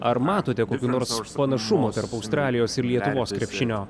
ar matote kokių nors panašumų tarp australijos ir lietuvos krepšinio